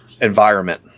environment